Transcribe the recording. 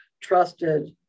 trusted